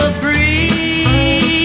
free